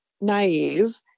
naive